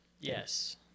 Yes